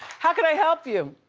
how can i help you?